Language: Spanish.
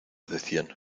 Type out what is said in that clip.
decían